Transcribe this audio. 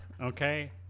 okay